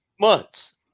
Months